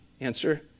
Answer